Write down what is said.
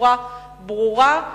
בצורה ברורה,